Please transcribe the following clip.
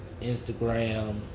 Instagram